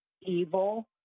evil